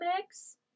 mix